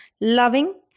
loving